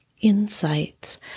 insights